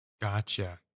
Gotcha